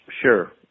Sure